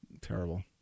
terrible